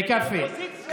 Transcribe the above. אופוזיציה וקואליציה.